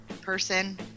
person